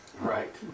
Right